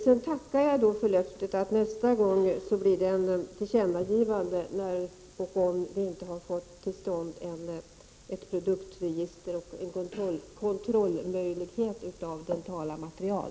Sedan tackar jag för löftet att det nästa gång blir ett tillkännagivande, om vi inte har fått till stånd ett produktregister och en möjlighet till kontroll av dentala material.